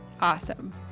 Awesome